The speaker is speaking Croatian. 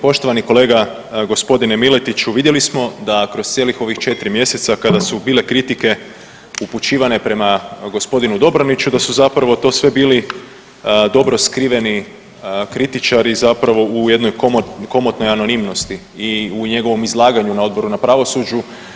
Poštovani kolega, gospodine Miletiću vidjeli smo da kroz cijelih ovih 4 mjeseca kada su bile kritike upućivane prema gospodinu Dobroniću da su zapravo to sve bili dobro skriveni kritičari zapravo u jednoj komotnoj anonimnosti i u njegovom izlaganju na Odboru na pravosuđu.